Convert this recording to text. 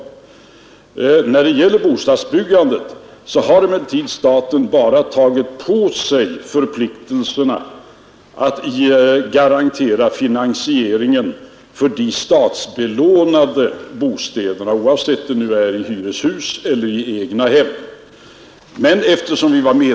Å Kn Torsdagen den När det gäller bostadsbyggandet har staten endast tagit på sig 18 november 1971 förpliktelsen att garantera finansieringen för de statsbelånade bostäderna, oavsett om det är fråga om hyreshus eller egnahem. Men eftersom vi var — Ang.